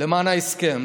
למען ההסכם.